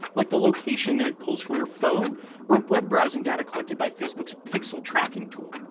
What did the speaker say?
like the location that it pulls from your phone or web browsing data collected by facebook's pixel tracking tool.